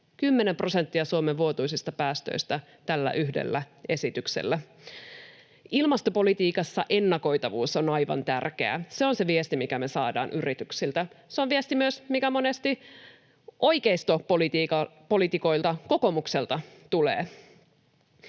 Suomen vuotuisista päästöistä tällä yhdellä esityksellä. Ilmastopolitiikassa ennakoitavuus on aivan tärkeää. Se on se viesti, mikä me saadaan yrityksiltä. Se on myös viesti, mikä monesti oikeistopoliitikoilta, kokoomukselta, tulee.